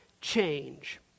change